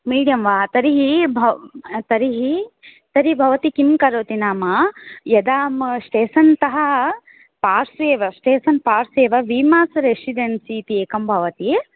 medium वा तर्हि भव् तर्हि तर्हि भवती किं करोति नाम यदा म् स्टेशन्तः पार्श्वे एव स्टेशन् पार्श्वे एव वीमाश् रेसिडेन्सि इति एकं भवति